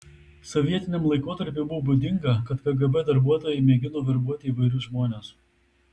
sovietiniam laikotarpiui buvo būdinga kad kgb darbuotojai mėgino verbuoti įvairius žmones